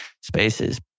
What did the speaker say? spaces